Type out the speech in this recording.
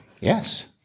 Yes